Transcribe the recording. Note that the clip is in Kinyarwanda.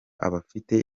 abafite